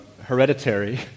hereditary